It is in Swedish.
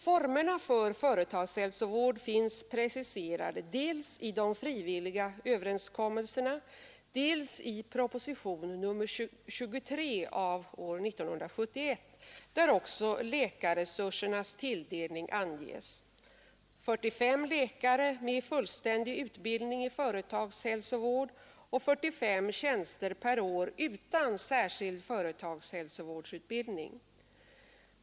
Formerna för företagshälsovård finns preciserade dels i de frivilliga överenskommelserna, dels i propositionen 23 år 1971, där också läkarresursernas tilldelning anges — 45 läkare med fullständig utbildning i företagshälsovård och 45 tjänster per år utan särskild företagshälsovårdsutbildning.